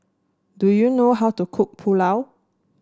do you know how to cook Pulao